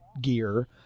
gear